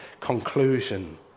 conclusion